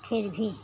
फिर भी